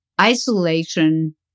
isolation